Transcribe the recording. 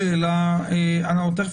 תיכף